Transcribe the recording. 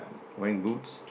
wearing boots